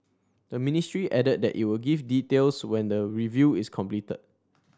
the ministry added that it would give details when the review is completed